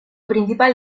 principal